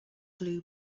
blue